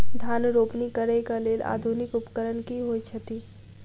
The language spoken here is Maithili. धान रोपनी करै कऽ लेल आधुनिक उपकरण की होइ छथि?